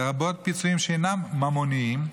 לרבות פיצויים שאינם ממוניים,